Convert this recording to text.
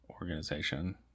organization